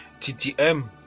TTM